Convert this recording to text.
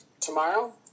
Tomorrow